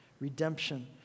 Redemption